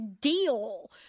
deal